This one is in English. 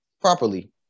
properly